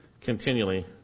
continually